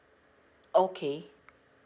okay